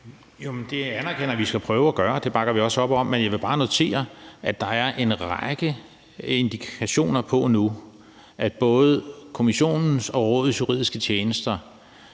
det bakker vi også op om, men jeg vil bare notere, at der nu er en række indikationer på, at både Kommissionens og Rådets juridiske tjenester